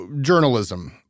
journalism